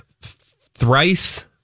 thrice